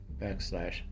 backslash